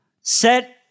Set